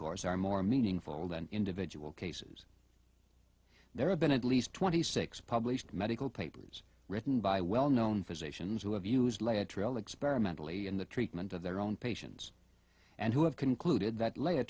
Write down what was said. course are more meaningful than individual cases there have been at least twenty six published medical papers written by well known physicians who have used lead trail experimentally in the treatment of their own patients and who have concluded that lay a